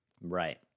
Right